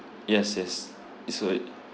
yes yes it's good